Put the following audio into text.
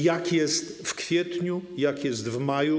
Jak jest w kwietniu, jak jest w maju?